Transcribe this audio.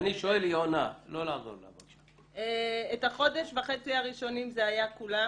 את החודש וחצי הראשונים זה היה כולם.